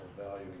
valuing